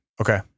Okay